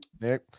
Nick